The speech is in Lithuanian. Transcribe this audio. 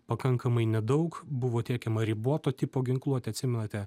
pakankamai nedaug buvo tiekiama riboto tipo ginkluotė atsimenate